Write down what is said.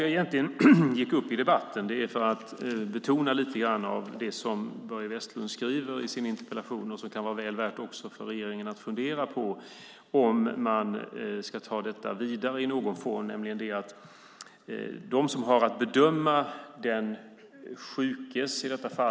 Anledningen till jag gick upp i debatten var egentligen att jag ville betona en del av det som Börje Vestlund skriver i sin interpellation och som det kan vara väl värt för regeringen att fundera på att föra vidare i någon form. Det handlar om den som har att bedöma hur den sjuke ska agera.